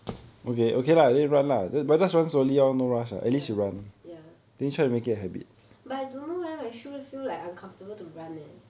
ya ya ya but I don't know leh my shoe feel like uncomfortable to run leh